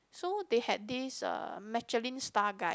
so they had this uh Michelin Star guide